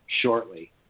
shortly